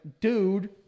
dude